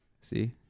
See